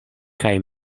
kaj